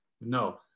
No